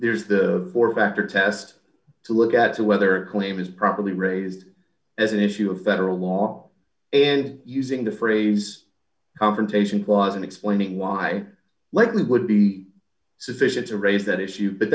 there's the border factor test to look at to whether claim is properly raised as an issue of federal law and using the phrase confrontation clause and explaining why likely would be sufficient to raise that issue but